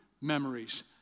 memories